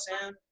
Sam